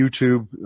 YouTube